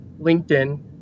linkedin